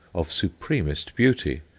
of supremest beauty,